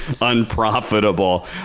unprofitable